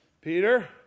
Peter